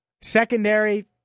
Secondary